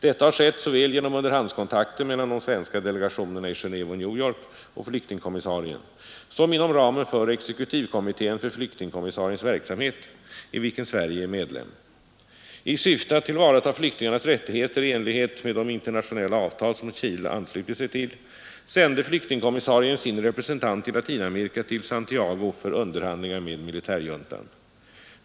Detta har skett såväl genom underhandskontakter mellan de svenska delegationerna i Geneve och New York och flyktingkommissarien som inom ramen för exekutivkommittén för flyktingkommissariens verksamhet, i vilken Sverige är medlem. I syfte att tillvarata flyktingarnas rättigheter i enlighet med de internationella avtal som Chile anslutit sig till sände flyktingkommissarien sin representant i Latinamerika till Santiago för underhandlingar med militärjuntan.